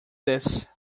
this